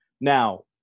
Now